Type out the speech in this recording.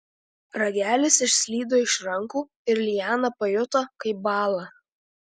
ragelis išslydo iš rankų ir liana pajuto kaip bąla